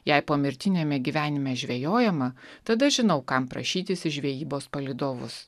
jei pomirtiniame gyvenime žvejojama tada žinau kam prašytis į žvejybos palydovus